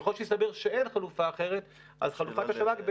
ככל שיסתבר שאין חלופה אחרת אז חלופת השב"כ,